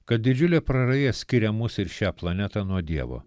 kad didžiulė praraja skiria mus ir šią planetą nuo dievo